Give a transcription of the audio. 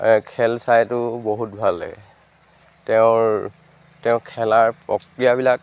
খেল চাইতো বহুত ভাল লাগে তেওঁৰ তেওঁৰ খেলাৰ প্ৰক্ৰিয়াবিলাক